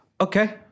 Okay